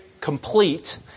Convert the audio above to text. complete